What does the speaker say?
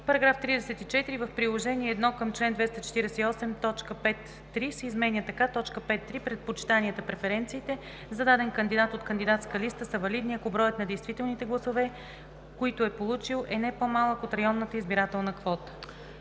§ 34: „§ 34. В Приложение № 1 към чл. 248 т. 5.3 се изменя така: „5.3. Предпочитанията (преференциите) за даден кандидат от кандидатска листа са валидни, ако броят на действителните гласове, които е получил, е не по-малък от районната избирателна квота.“